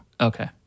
Okay